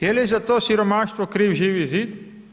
Je li za to siromaštvo kriv Živi zid?